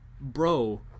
bro